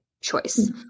choice